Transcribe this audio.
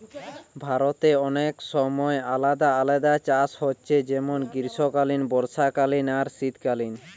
ভারতে অনেক সময় আলাদা আলাদা চাষ হচ্ছে যেমন গ্রীষ্মকালীন, বর্ষাকালীন আর শীতকালীন